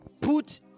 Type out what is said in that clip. Put